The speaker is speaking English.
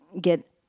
get